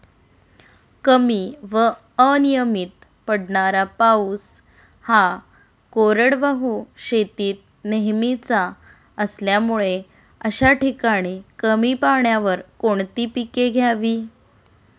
कमी व अनियमित पडणारा पाऊस हा कोरडवाहू शेतीत नेहमीचा असल्यामुळे अशा ठिकाणी कमी पाण्यावर कोणती पिके घ्यावी?